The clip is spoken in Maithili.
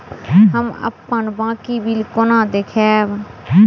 हम अप्पन बाकी बिल कोना देखबै?